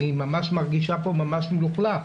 אני מרגישה ממש מלוכלך',